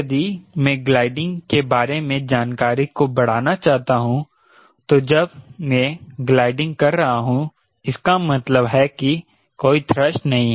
यदि मैं ग्लाइडिंग के बारे में जानकारी को बढ़ाना चाहता हूं तो जब मे ग्लाइडिंग कर रहा हूं इसका मतलब है कि कोई थ्रस्ट नहीं है